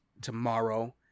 tomorrow